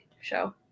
show